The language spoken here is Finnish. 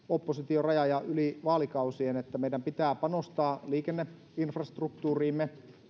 oppositio rajan ja yli vaalikausien siitä että meidän pitää panostaa liikenneinfrastruktuuriimme